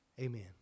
amen